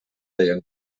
deien